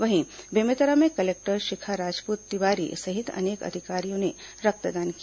वहीं बेमेतरा में कलेक्टर शिखा राजपूत तिवारी सहित अनेक अधिकारियों ने रक्तदान किया